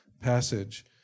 passage